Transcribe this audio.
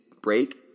break